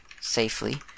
safely